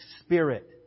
spirit